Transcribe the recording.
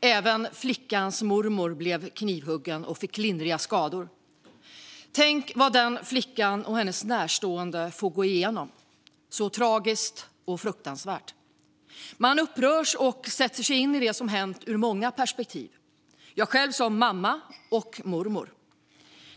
Även flickans mormor blev knivhuggen och fick lindriga skador. Tänk vad flickan och hennes närstående får gå igenom - tragiskt och fruktansvärt. Man upprörs över och sätter sig in i det som hänt ur många perspektiv. Jag gör det själv som mamma och mormor.